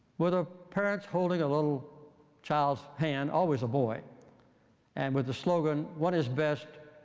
where the parents holding a little child's hand always a boy and with the slogan one is best,